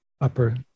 upper